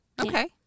Okay